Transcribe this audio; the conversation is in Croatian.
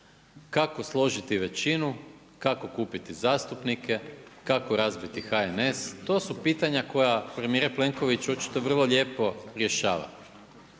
kako složiti većinu, kako kupiti zastupnike, kako razbiti HNS to su pitanja koja premijer Plenković očito vrlo lijepo rješava,